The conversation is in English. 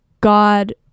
God